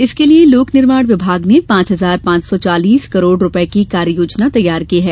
इसके लिये लोक निर्माण विभाग ने पांच हजार पांच सौ चालीस करोड़ रूपये की कार्य योजना तैयार की है